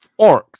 orcs